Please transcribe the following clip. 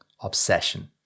obsession